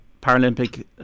Paralympic